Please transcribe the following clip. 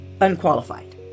unqualified